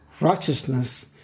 righteousness